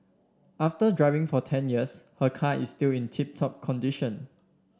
after driving for ten years her car is still in tip top condition